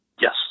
Yes